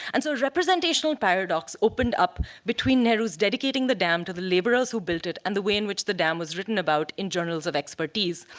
and so representational paradox opened up between nehru's dedicating the dam to the laborers who built it and the way in which the dam was written about in journals of expertise.